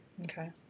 Okay